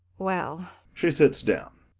well she sits down.